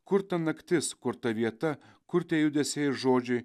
kur ta naktis kur ta vieta kur tie judesiai žodžiai